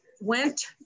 went